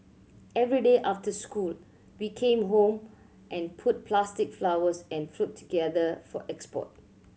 every day after school we came home and put plastic flowers and fruit together for export